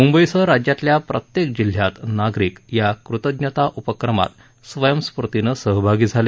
मंबईसह राज्यातल्या प्रत्येक जिल्ह्यात नागरिक या कृतज्ञता उपक्रमात स्वयंस्फूर्तीनं सहभागी झाले